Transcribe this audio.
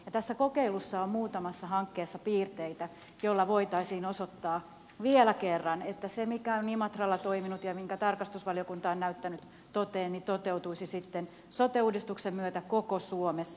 tässä kokeilussa on muutamassa hankkeessa piirteitä joilla voitaisiin osoittaa vielä kerran että se mikä on imatralla toiminut ja minkä tarkastusvaliokunta on näyttänyt toteen toteutuisi sitten sote uudistuksen myötä koko suomessa